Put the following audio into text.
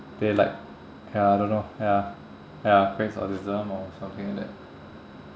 they like ya I don't know ya ya creates autism or something like that